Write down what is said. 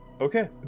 okay